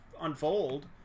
unfold